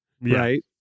right